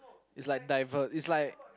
it's like divert it's like